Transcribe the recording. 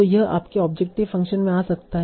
तो यह आपके ऑब्जेक्टिव फंक्शन में आ सकता है